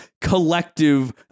collective